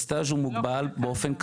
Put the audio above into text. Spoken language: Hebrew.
בסטאז' הוא מוגבל באופן קבוע.